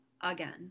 again